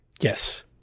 Yes